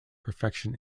perfection